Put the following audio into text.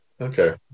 Okay